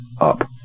up